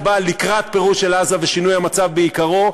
הבא לקראת פירוז של עזה ושינוי המצב בעיקרו.